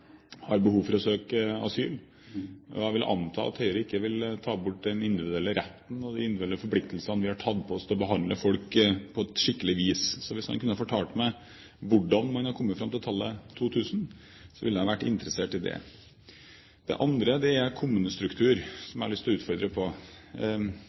har behov for å søke asyl. Og jeg vil anta at Høyre ikke vil ta bort den individuelle retten og de individuelle forpliktelsene vi har tatt på oss til å behandle folk på et skikkelig vis. Hvis han kunne fortelle meg hvordan man har kommet fram til tallet 2 000, ville jeg være interessert i det. Det andre som jeg har lyst til å utfordre på, er kommunestruktur.